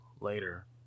later